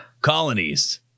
colonies